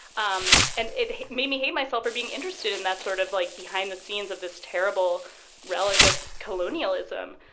um and it made me hate myself for being interested in that sort of like behind the scenes of this terrible relic of colonialism.